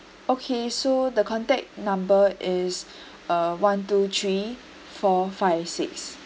okay so the contact number is uh one two three four five six